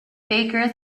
bakers